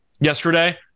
yesterday